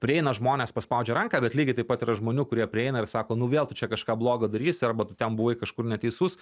prieina žmonės paspaudžia ranką bet lygiai taip pat yra žmonių kurie prieina ir sako vėl tu čia kažką blogo darysi arba tu ten buvai kažkur neteisus